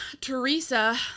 Teresa